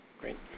Great